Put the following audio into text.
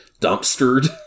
dumpstered